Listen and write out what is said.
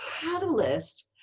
catalyst